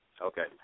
Okay